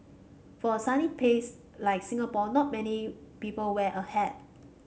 for a sunny place like Singapore not many people wear a hat